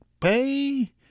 pay